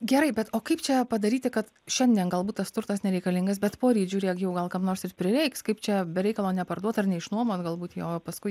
gerai bet o kaip čia padaryti kad šiandien galbūt tas turtas nereikalingas bet poryt žiūrėk jau gal kam nors ir prireiks kaip čia be reikalo neparduot ar neišnuomot galbūt jo o paskui